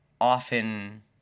often